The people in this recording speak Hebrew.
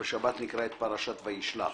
בשבת נקרא את פרשת "וישלח".